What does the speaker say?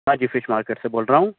ہاں جی fish market سے بول رہا ہوں